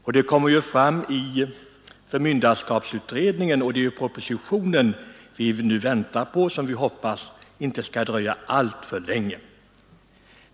Detta kommer ju fram i förmynderskapsutredningen, och det är propositionen som vi nu väntar på och som vi hoppas inte skall dröja alltför länge.